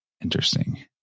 interesting